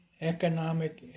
economic